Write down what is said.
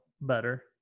better